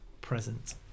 present